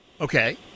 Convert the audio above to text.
Okay